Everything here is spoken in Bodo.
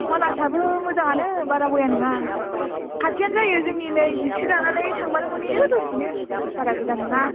मानासआबो मोजाङानो बारा बेया नङा खाथियानो जायो जोंनि नै टेख्सि लानानै थांबानो मोनहैयो दसेनो बारा गोजान नङा